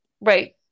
Right